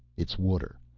it's water,